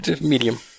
medium